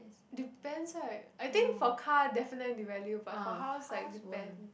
depends right I think for car definitely devalue but for house like depends